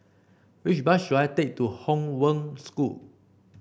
which bus should I take to Hong Wen School